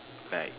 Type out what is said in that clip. like